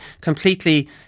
completely